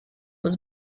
was